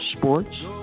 Sports